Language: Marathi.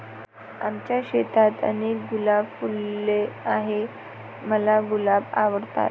आमच्या शेतात अनेक गुलाब फुलले आहे, मला गुलाब आवडतात